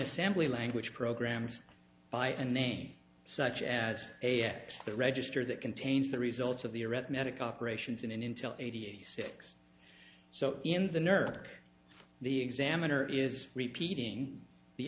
assembly language programs by a name such as a x the register that contains the results of the arithmetic operations in an intel eighty six so in the nerd the examiner is repeating the